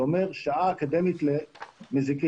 זה אומר שעה אקדמית למזיקים.